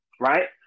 Right